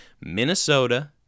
Minnesota